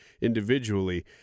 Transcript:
individually